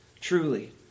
truly